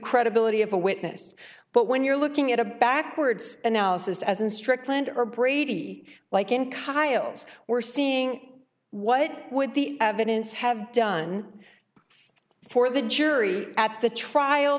credibility of a witness but when you're looking at a backwards analysis as in strickland or brady like in coyote's we're seeing what would the evidence have done for the jury at the trial